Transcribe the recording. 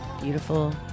beautiful